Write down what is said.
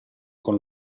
con